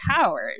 powers